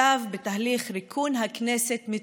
שלב בתהליך ריקון הכנסת מתוכן,